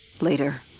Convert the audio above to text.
Later